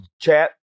Chat